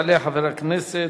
יעלה חבר הכנסת